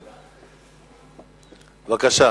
בבקשה.